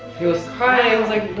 he was crying like